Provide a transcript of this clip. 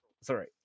Sorry